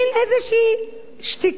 איזו מין שתיקה,